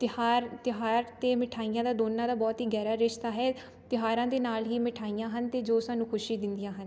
ਤਿਉਹਾਰ ਤਿਉਹਾਰ ਅਤੇ ਮਿਠਾਈਆਂ ਦਾ ਦੋਨਾਂ ਦਾ ਬਹੁਤ ਹੀ ਗਹਿਰਾ ਰਿਸ਼ਤਾ ਹੈ ਤਿਉਹਾਰਾਂ ਦੇ ਨਾਲ ਹੀ ਮਿਠਾਈਆਂ ਹਨ ਅਤੇ ਜੋ ਸਾਨੂੰ ਖੁਸ਼ੀ ਦਿੰਦੀਆਂ ਹਨ